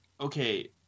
okay